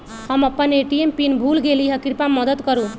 हम अपन ATM pin भूल गेली ह, कृपया मदत करू